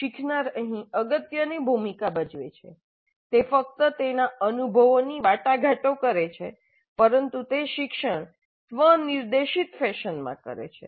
શીખનાર અહીં અગત્યની ભૂમિકા ભજવે છે તે ફક્ત તેના અનુભવની વાટાઘાટો કરે છે પરંતુ તે શિક્ષણ સ્વ નિર્દેશિત ફેશનમાં કરે છે